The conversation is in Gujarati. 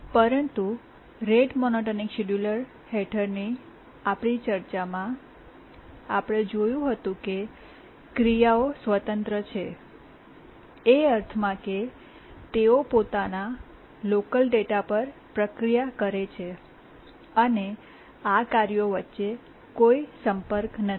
પરંતુ રેટ મોનોટોનિક શિડ્યુલર હેઠળની આપણી ચર્ચામાં આપણે ધાર્યું હતું કે ક્રિયાઓ સ્વતંત્ર છે એ અર્થમાં કે તેઓ તેમના પોતાના લોકલ ડેટા પર પ્રક્રિયા કરે છે અને આ કાર્યો વચ્ચે કોઈ સંપર્ક નથી